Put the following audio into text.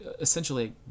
essentially